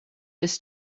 this